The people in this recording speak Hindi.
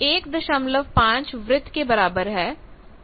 R एक 15 वृत्त के बराबर है